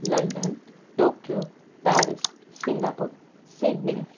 London Tokyo Paris Singapore Sydney